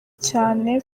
cyane